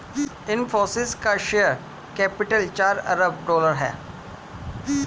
इनफ़ोसिस का share capital चार अरब डॉलर है